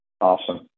awesome